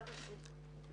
מה תעשי?